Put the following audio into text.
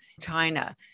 China